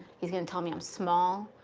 he's gonna tell me i'm small,